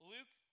Luke